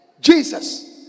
Jesus